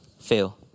fail